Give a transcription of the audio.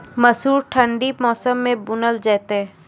मसूर ठंडी मौसम मे बूनल जेतै?